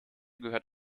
gehört